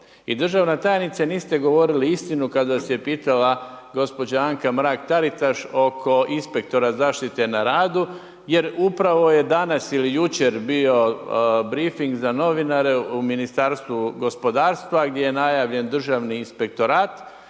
državna tajnice niste govorili istinu kada vas je pitala gospođa Anka Mrak Taritaš oko inspektora zaštite na radu jer upravo je danas ili jučer bio brifing za novinare u Ministarstvu gospodarstva gdje je najavljen Državni inspektorat